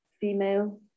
female